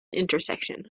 intersection